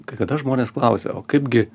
kai kada žmonės klausia o kaipgi